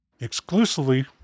exclusively